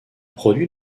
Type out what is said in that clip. produit